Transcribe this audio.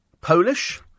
Polish